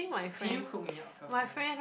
can you hook me up with your friend